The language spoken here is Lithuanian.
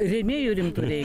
rėmėjų rimtų reikia